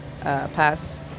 pass